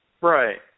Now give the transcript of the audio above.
Right